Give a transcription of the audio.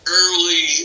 early